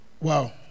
wow